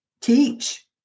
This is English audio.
Teach